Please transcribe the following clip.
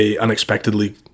unexpectedly